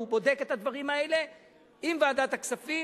והוא בודק את הדברים האלה עם ועדת הכספים.